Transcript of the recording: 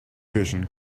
vision